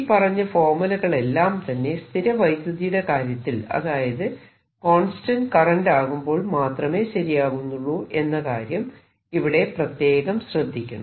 ഈ പറഞ്ഞ ഫോര്മുലകളെല്ലാം തന്നെ സ്ഥിരവൈദ്യതിയുടെ കാര്യത്തിൽ അതായത് കോൺസ്റ്റന്റ് കറന്റ് ആകുമ്പോൾ മാത്രമേ ശരിയാകുന്നുള്ളൂ എന്ന കാര്യം ഇവിടെ പ്രത്യേകം ശ്രദ്ധിക്കണം